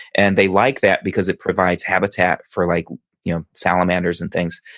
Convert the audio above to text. and they like that because it provides habitat for like you know salamanders and things.